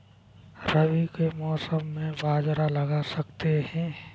रवि के मौसम में बाजरा लगा सकते हैं?